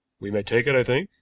we may take it, i think,